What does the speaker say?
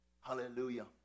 Hallelujah